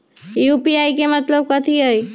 UPI के मतलब कथी होई?